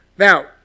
Now